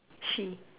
she